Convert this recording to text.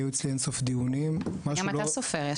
היו אצלי אינסוף דיונים --- גם אתה סופר,